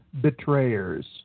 Betrayers